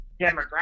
demographic